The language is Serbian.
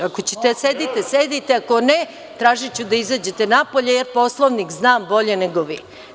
Ako ćete da sedite-sedite, ako ne tražiću da izađete napolje, ja Poslovnik znam bolje nego vi.